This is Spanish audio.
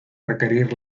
requerir